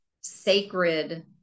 sacred